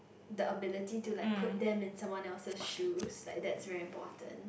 the ability to like put them into someone else's shoes like that's very important